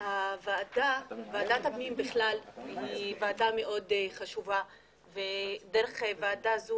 ועדת הפנים היא ועדה מאוד חשובה ודרך ועדה זו